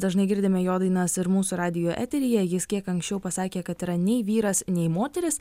dažnai girdime jo dainas ir mūsų radijo eteryje jis kiek anksčiau pasakė kad yra nei vyras nei moteris